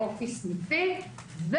אני מבקשת הבהרות על הדברים האלה,